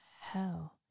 hell